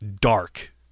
dark